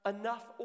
enough